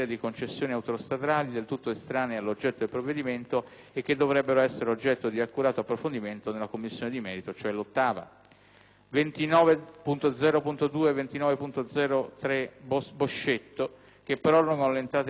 29.0.2 e 29.0.3, che prorogano l'entrata in vigore delle nuove disposizioni in materia di tecniche per le costruzioni e l'obbligo di installazione di impianti energetici solari nelle nuove costruzioni;